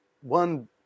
one